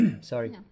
Sorry